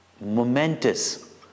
momentous